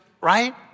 right